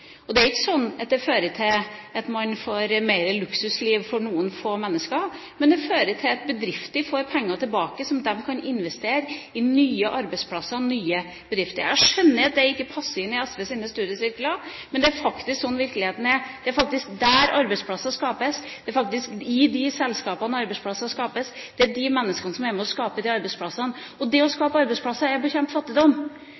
arbeidsplasser. Det er ikke sånn at det fører til at man får mer luksusliv for noen få mennesker, men det fører til at bedrifter får penger tilbake som de kan investere i nye arbeidsplasser og nye bedrifter. Jeg skjønner at det ikke passer inn i SVs studiesirkler, men det er faktisk sånn virkeligheten er. Det er faktisk der arbeidsplasser skapes, det er i de selskapene arbeidsplasser skapes. Det er de menneskene som er med og skaper de arbeidsplassene, og det å